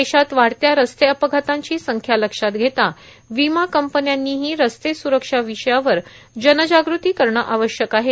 देशात वाढत्या रस्ते अपघातांची संख्या लक्षात घेता विमा कंपन्यानीही रस्ते सुरक्षा विषयावर जनजागृती करणं आवश्यक आहे